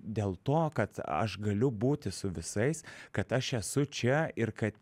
dėl to kad aš galiu būti su visais kad aš esu čia ir kad